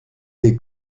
des